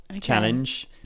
challenge